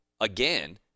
again